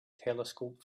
telescope